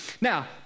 now